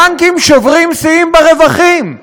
הבנקים שוברים שיאים ברווחים.